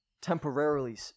temporarily